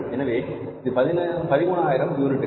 எனவே இது 13000 யூனிட்டுகள்